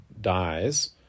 dies